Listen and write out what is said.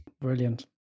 brilliant